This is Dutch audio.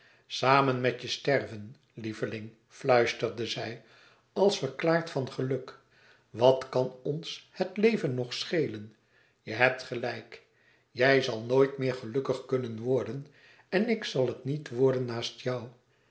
samen met je sterven lieveling fluisterde zij als verklaard van geluk wat kan ons het leven nog schelen je hebt gelijk jij zal nooit meer gelukkig kunnen worden en ik zal het niet worden naast jou